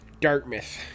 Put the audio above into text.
Dartmouth